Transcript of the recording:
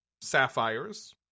sapphires